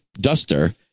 duster